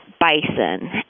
bison